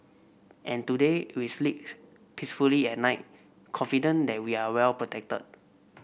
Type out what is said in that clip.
and today we sleeps peacefully at night confident that we are well protected